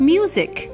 Music